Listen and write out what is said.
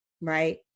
right